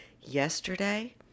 yesterday